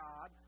God